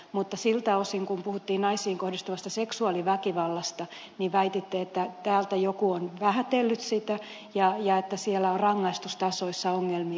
mutta siltä osin kuin puhuttiin naisiin kohdistuvasta seksuaaliväkivallasta väititte että täältä joku on vähätellyt sitä ja että on rangaistustasoissa ongelmia